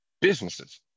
businesses